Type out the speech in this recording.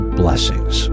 blessings